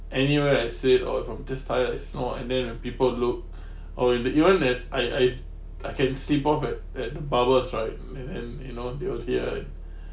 anywhere I sleep or something just tired and snore and then the people look or in the event that I I I can sleep off at at bubbles right and and you know they appear